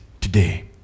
today